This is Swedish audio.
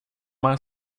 man